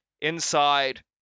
Inside